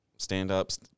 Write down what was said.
Stand-ups